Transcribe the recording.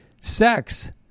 sex